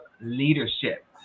leadership